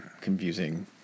confusing